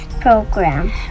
program